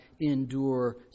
endure